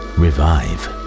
revive